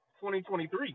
2023